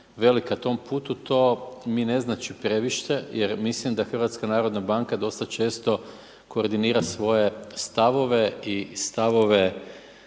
velika na tom putu, to mi ne znači previše, jer mislim da HNB dosta često koordinira svoje stavove i stavove